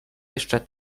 jeszcze